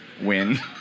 win